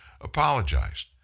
apologized